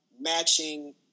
matching